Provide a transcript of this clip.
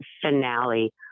finale